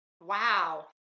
wow